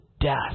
death